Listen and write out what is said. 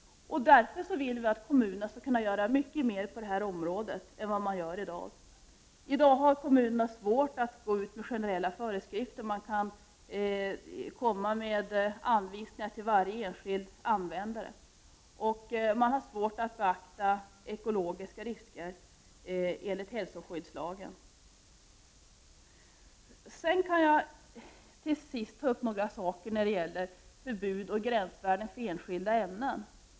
Därför vill vi att kommunerna skall kunna göra mycket mera på detta område än man gör i dag, för i dag har kommunerna svårt att gå ut med generella föreskrifter. Man kan komma med anvisningar till varje enskild användare, men man har svårt att beakta ekologiska risker enligt hälsoskyddslagen. Så vill jag ta upp några saker som har att göra med förbud och gränsvärden för enskilda ämnen.